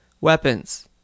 Weapons